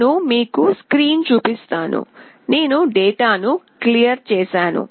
నేను మీకు స్క్రీన్ చూపిస్తాను నేను డేటాను క్లియర్ చేసాను